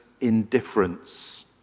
indifference